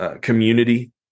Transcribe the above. community